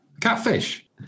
catfish